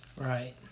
Right